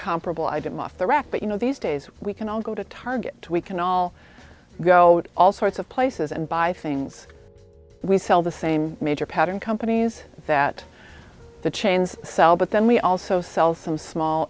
comparable i did my off the rack but you know these days we can all go to target we can all go all sorts of places and buy things we sell the same major pattern companies that the chains sell but then we also sell some small